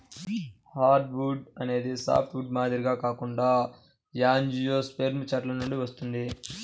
hardwood అనేది softwood మాదిరిగా కాకుండా యాంజియోస్పెర్మ్ చెట్ల నుండి వస్తుంది